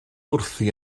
wrthi